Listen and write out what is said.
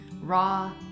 raw